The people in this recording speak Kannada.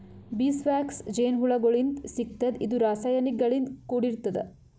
ಬೀಸ್ ವ್ಯಾಕ್ಸ್ ಜೇನಹುಳಗೋಳಿಂತ್ ಸಿಗ್ತದ್ ಇದು ರಾಸಾಯನಿಕ್ ಗಳಿಂದ್ ಕೂಡಿರ್ತದ